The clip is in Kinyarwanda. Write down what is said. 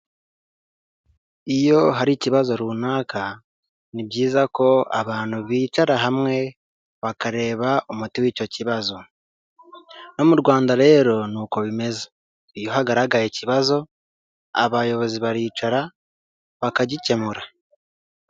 Iyo hari ikibazo runaka ni byiza ko abantu bicara hamwe bakareba umuti w'icyo kibazo, no mu Rwanda rero ni uko bimeze iyo hagaragaye ikibazo abayobozi baricara bakagikemura.